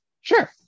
Sure